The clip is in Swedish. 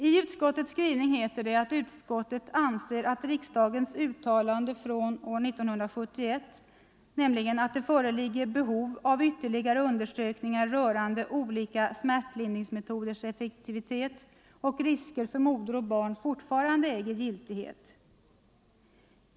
I utskottets skrivning heter det att utskottet anser att riksdagens uttalande år 1971, att det föreligger behov av ytterligare undersökningar rörande olika smärtlindringsmetoders effektivitet och risker för moder och barn, fortfarande äger giltighet.